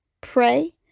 pray